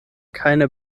keine